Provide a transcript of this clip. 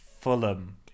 Fulham